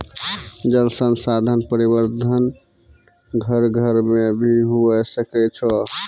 जल संसाधन प्रबंधन घर घर मे भी हुवै सकै छै